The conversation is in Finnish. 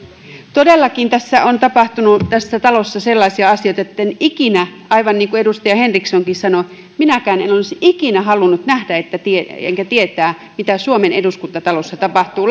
todellakin tässä talossa on tapahtunut sellaisia asioita etten ikinä aivan niin kuin edustaja henrikssonkin sanoi minäkään olisi halunnut nähdä enkä tietää mitä suomen eduskuntatalossa tapahtuu